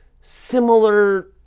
similar